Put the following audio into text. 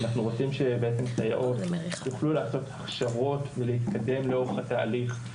אנחנו רוצים שסייעות יוכלו לעשות הכשרות ולהתקדם לאורך התהליך,